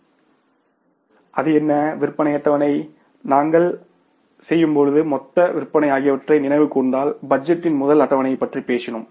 அது என்ன விற்பனை அட்டவணை நாங்கள் செய்யப் போகும் மொத்த விற்பனை ஆகியவற்றை நினைவு கூர்ந்தால் பட்ஜெட்டின் முதல் அட்டவணையைப் பற்றி பேசினோம்